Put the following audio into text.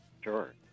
Sure